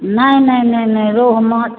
नहि नहि नहि नहि नहि रोहु माछ